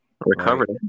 Recovered